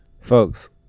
folks